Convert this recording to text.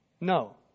No